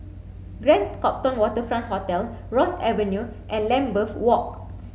Grand Copthorne Waterfront Hotel Ross Avenue and Lambeth Walk